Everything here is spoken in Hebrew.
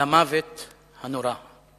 למוות הנורא.